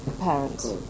parents